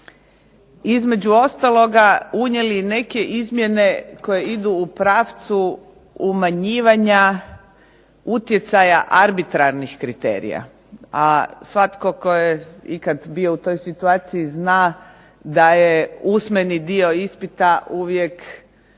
između ostaloga unijeli i neke izmjene koje idu u pravcu umanjivanja utjecaja arbitrarnih kriterija. A svatko tko je ikad bio u toj situaciji zna da je usmeni dio ispita uvijek